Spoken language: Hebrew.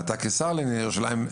ואתה כשר לענייני ירושלים,